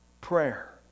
prayer